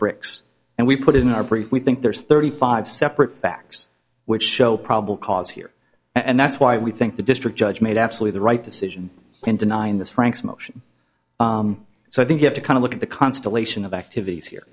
bricks and we put in our brief we think there's thirty five separate facts which show probable cause here and that's why we think the district judge made absolutely the right decision in denying this frank's motion so i think you have to kind of look at the constellation of activities here